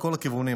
מכל הכיוונים.